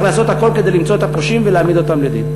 צריך לעשות הכול כדי למצוא את הפושעים ולהעמיד אותם לדין.